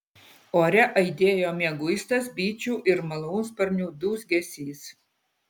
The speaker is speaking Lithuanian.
ore aidėjo mieguistas bičių ir malūnsparnių dūzgesys